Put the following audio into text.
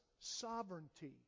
sovereignty